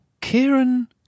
Kieran